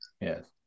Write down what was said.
Yes